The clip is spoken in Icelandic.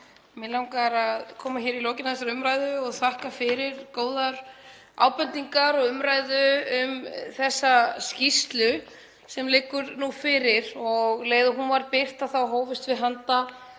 Mig langar að koma hér í lokin á þessari umræðu og þakka fyrir góðar ábendingar og umræðu um skýrsluna sem liggur nú fyrir. Um leið og hún var birt hófumst við handa